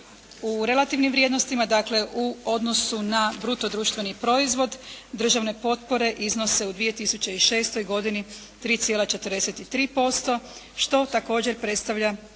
U relativnim vrijednostima, dakle u odnosu na bruto društveni proizvod državne potpore iznose u 2006. godini 3,43% što također predstavlja